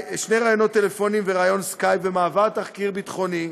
ריאיון סקייפ ותחקיר ביטחוני,